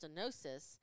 stenosis